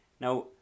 Now